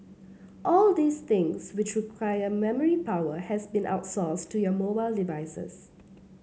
all of these things which requires memory power has been outsourced to your mobile devices